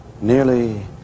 Nearly